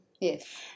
Yes